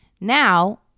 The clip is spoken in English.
Now